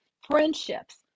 friendships